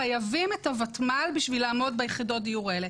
חייבים את הוותמ"ל בשביל לעמוד ביחידות הדיור האלה.